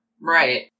Right